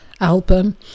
album